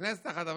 בכנסת אחת,